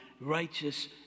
righteous